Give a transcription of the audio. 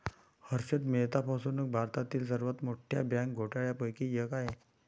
हर्षद मेहता फसवणूक भारतातील सर्वात मोठ्या बँक घोटाळ्यांपैकी एक आहे